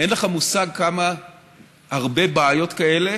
אין לך מושג כמה הרבה בעיות כאלה